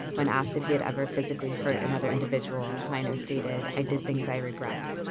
when asked if he had ever physically hurt another individual, miners stated, i did things i regret.